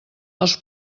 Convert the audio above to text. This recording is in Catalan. els